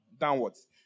downwards